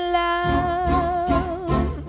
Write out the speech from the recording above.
love